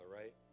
right